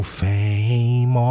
fame